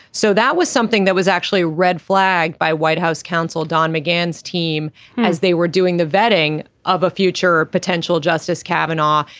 so that was something that was actually red flagged by white house counsel don mcgowan's team as they were doing the vetting of a future potential justice cabinet.